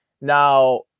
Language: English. Now